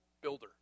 builder